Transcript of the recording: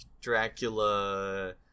Dracula